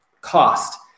cost